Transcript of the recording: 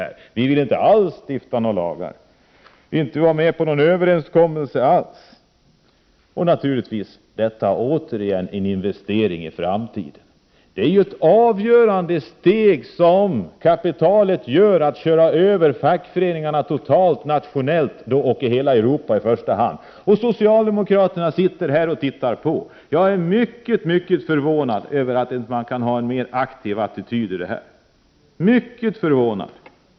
SAF vill inte alls stifta lagar eller vara med om någon överenskommelse alls. Naturligtvis är detta också en investering för framtiden. Det är ett avgörande steg kapitalet tar genom att köra över fackföreningarna totalt, nationellt och i hela Europa. Och socialdemokraterna sitter och tittar på. Jag är mycket förvånad över att de inte har en mera aktiv attityd i denna fråga.